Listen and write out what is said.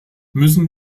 müssen